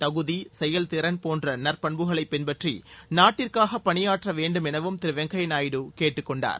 தகுதி செயல்திறன் போன்ற நற்பண்புகளைப் பின்பற்றி நாட்டிற்காக பணியாற்ற வேண்டும் எனவும் திரு வெங்கய்ய நாயுடு கேட்டுக் கொண்டார்